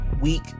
week